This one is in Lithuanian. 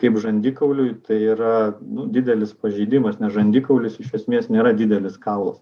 kaip žandikauliui tai yra didelis pažeidimas nes žandikaulis iš esmės nėra didelis kaulas